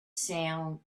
sound